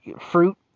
fruit